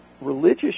religious